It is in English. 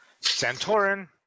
Santorin